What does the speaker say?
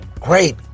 Great